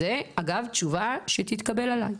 זה אגב תשובה שתתקבל עליי,